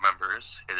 members